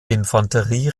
infanterie